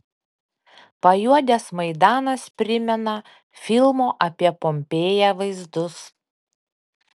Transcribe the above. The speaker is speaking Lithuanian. pajuodęs maidanas primena filmo apie pompėją vaizdus